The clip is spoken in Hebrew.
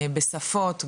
בשפות,